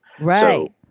right